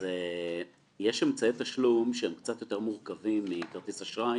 יש אמצעי תשלום שהם קצת יותר מורכבים מטופס אשראי